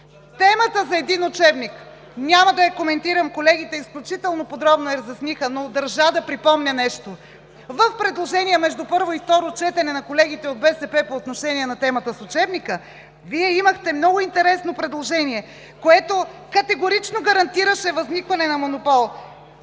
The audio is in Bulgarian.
Темата за един учебник. Няма да я коментирам, колегите изключително подробно я разясниха, но държа да припомня нещо. В предложения между първо и второ четене на колегите от БСП по отношение на темата с учебника, Вие имахте много интересно предложение, което категорично гарантираше възникване на монопол.